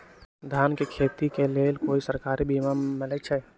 धान के खेती के लेल कोइ सरकारी बीमा मलैछई?